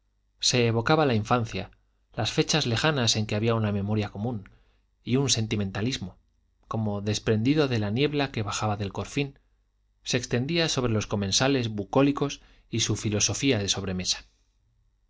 se evocaba la infancia las fechas lejanas en que había una memoria común y un sentimentalismo como desprendido de la niebla que bajaba de corfín se extendía sobre los comensales bucólicos y su filosofía de sobremesa